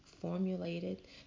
formulated